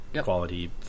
quality